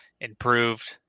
improved